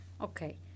Okay